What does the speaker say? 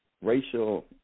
racial